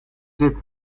zit